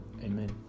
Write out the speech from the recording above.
amen